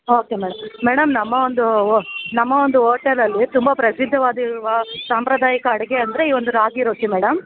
okay madam madam ನಮ್ಮ ಒಂದು ಓ ನಮ್ಮ ಒಂದು ಓಟೆಲಲ್ಲಿ ತುಂಬ ಪ್ರಸಿದ್ಧವಾಗಿರುವ ಸಾಂಪ್ರದಾಯಿಕ ಅಡಿಗೆ ಅಂದರೆ ಈ ಒಂದು ರಾಗಿ ರೊಟ್ಟಿ ಮೇಡಮ್